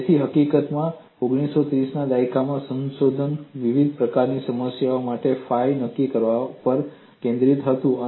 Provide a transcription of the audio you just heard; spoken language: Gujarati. તેથી હકીકતમાં 1930 ના દાયકામાં સંશોધન વિવિધ પ્રકારની સમસ્યાઓ માટે ફાઈ નક્કી કરવા પર કેન્દ્રિત હતું